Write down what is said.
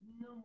No